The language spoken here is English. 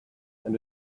and